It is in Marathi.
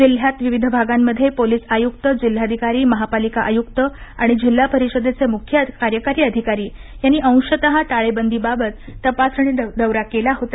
जिल्ह्यात विविध भागांमध्ये पोलिस आयुक्त जिल्हाधिकारी महापालिका आयुक्त आणि जिल्हा परिषदेचे मुख्य कार्यकारी अधिकारी यांनी अंशत टाळेबंदीबाबत तपासणी दौरा केला होता